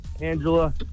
Angela